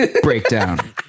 breakdown